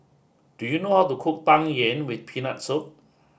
do you know how to cook Tang Yuen with Peanut Soup